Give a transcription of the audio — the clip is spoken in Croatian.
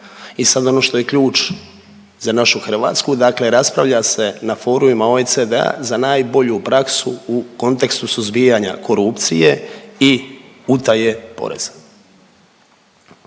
I sad ono što je ključ za našu Hrvatsku, dakle raspravlja se na forumima OECD-a za najbolju praksu u kontekstu suzbijanja korupcije i utaje poreza.